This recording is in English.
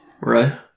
Right